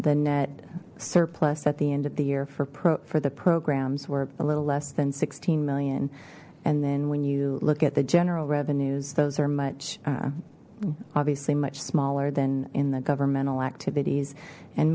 the net surplus at the end of the year for the programs were a little less than sixteen million and then when you look at the general revenues those are much obviously much smaller than in the governmental activities and